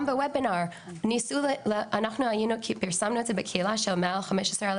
גם בוובינר אנחנו פרסמנו את הקישור בקהילה של מעל כ-15,000